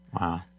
Wow